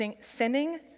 sinning